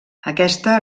aquesta